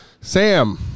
Sam